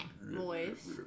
Voice